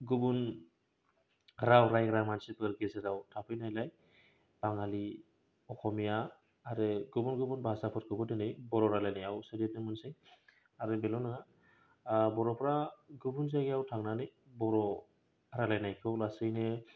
गुबुन राव रायग्रा मानसिफोर गेजेराव थाफैनायलाय बांगालि अख'मिया आरो गबुन गुबुन भाषाफोरखौबो दोनै बर' रायलायनायाव सोदेरनो मोनसै आरो बेल' नङा बर'फ्रा गुबुन जायगायाव थांनानै बर' रालायनायखौ लासैनो